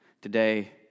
Today